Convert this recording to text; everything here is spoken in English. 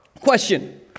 question